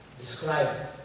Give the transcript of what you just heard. describe